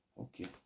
okay